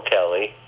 Kelly